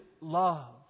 love